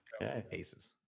Aces